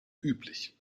üblich